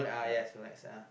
ya